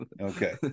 Okay